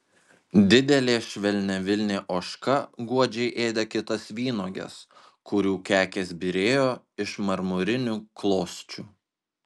didelė švelniavilnė ožka godžiai ėdė kitas vynuoges kurių kekės byrėjo iš marmurinių klosčių